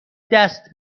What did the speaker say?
دست